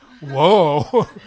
Whoa